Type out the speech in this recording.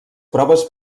proves